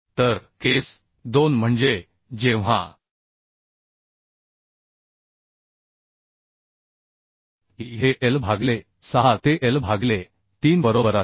तर केस 2 म्हणजे जेव्हा e हे l भागिले 6 ते l भागिले 3 बरोबर असते